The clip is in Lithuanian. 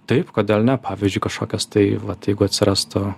taip kodėl ne pavyzdžiui kažkokios tai vat jeigu atsirastų